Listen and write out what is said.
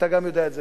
אתה גם יודע את זה,